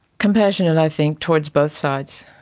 compassionate i think towards both sides,